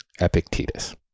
Epictetus